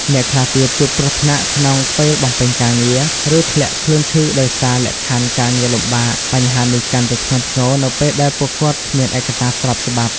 អ្នកខ្លះទៀតជួបគ្រោះថ្នាក់ក្នុងពេលបំពេញការងារ ឬធ្លាក់ខ្លួនឈឺដោយសារលក្ខខណ្ឌការងារលំបាក បញ្ហានេះកាន់តែធ្ងន់ធ្ងរនៅពេលដែលពួកគាត់គ្មានឯកសារស្របច្បាប់។